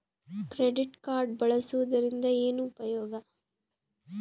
Credit card ಬಳಸುವದರಿಂದ ಏನು ಉಪಯೋಗ?